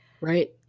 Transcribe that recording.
Right